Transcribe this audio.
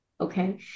Okay